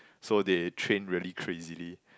so they train really crazily